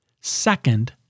Second